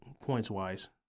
points-wise